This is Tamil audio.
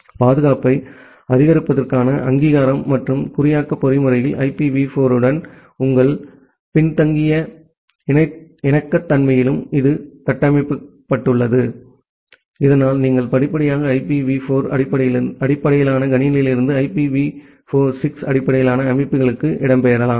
பாதுகாப்பை ஆதரிப்பதற்கான அங்கீகாரம் மற்றும் குறியாக்க பொறிமுறையிலும் ஐபிவி 4 உடன் பின்தங்கிய இணக்கத்தன்மையிலும் இது கட்டமைக்கப்பட்டுள்ளது இதனால் நீங்கள் படிப்படியாக ஐபிவி 4 அடிப்படையிலான கணினியிலிருந்து ஐபிவி 6 அடிப்படையிலான அமைப்புகளுக்கு இடம்பெயரலாம்